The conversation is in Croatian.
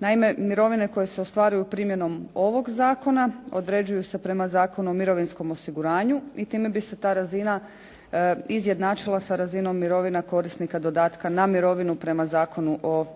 Naime, mirovine koje se ostvaruju primjenom ovog zakona određuju se prema Zakonu o mirovinskom osiguranju i time bi se razina izjednačila sa razinom mirovina korisnika dodatka na mirovinu prema Zakonu o